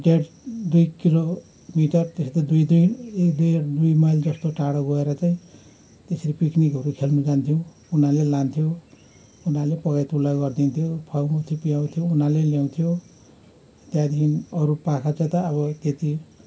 ढेड दुई किलोमिटर त्यस्तै दुई दुई ढेड दुई माइल जस्तो टाढो गएर चाहिँ त्यसरी पिक्निकहरू खेल्न जान्थ्यौँ उनीहरूले लान्थ्यो उनीहरूले पकाइतुलाई गरिदिन्थ्यो फकाउँथ्यो पियाउँथ्यो उनीहरूले ल्याउँथ्यो त्यहाँदेखि अरू पाखा जता अब त्यति